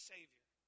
Savior